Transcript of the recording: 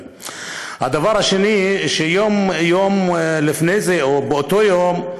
הדבר השני, יום לפני זה, או באותו יום,